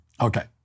Okay